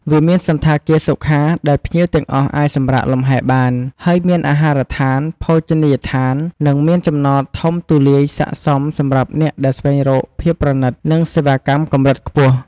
វាមានសណ្ឋាគារសុខា ដែលភ្ញៀវទាំងអស់អាចសម្រាកលំហែរបាន ហើយមានអាហារដ្ឋាន ភោជនីយដ្ឋាននិងមានចំណតធំទូលាយស័ក្តិសមសម្រាប់អ្នកដែលស្វែងរកភាពប្រណីត និងសេវាកម្មកម្រិតខ្ពស់។